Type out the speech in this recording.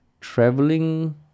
traveling